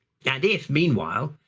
and if, meanwhile,